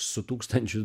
su tūkstančiu